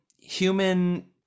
human